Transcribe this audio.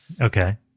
Okay